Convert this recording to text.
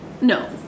No